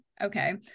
okay